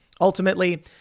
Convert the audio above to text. Ultimately